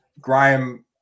Graham